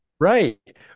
Right